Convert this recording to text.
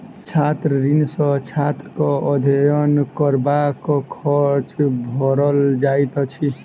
छात्र ऋण सॅ छात्रक अध्ययन करबाक खर्च भरल जाइत अछि